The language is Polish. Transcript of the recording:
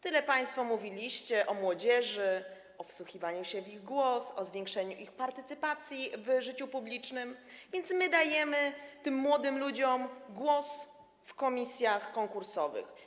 Tyle państwo mówiliście o młodzieży, o wsłuchiwaniu się w ich głos, o zwiększeniu ich partycypacji w życiu publicznym, więc my dajemy tym młodym ludziom prawo głosu w komisjach konkursowych.